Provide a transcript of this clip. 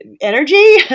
energy